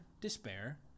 despair